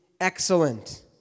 excellent